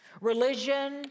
Religion